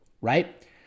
right